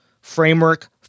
framework